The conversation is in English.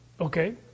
Okay